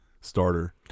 starter